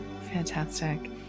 Fantastic